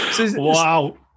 Wow